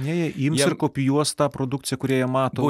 ne jie ims ir kopijuos tą produkciją kurią jie mato